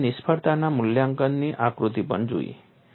પછી આપણે નિષ્ફળતાના મૂલ્યાંકનની આકૃતિ પણ જોઈ